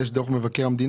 יש את דוח מבקר המדינה,